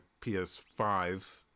PS5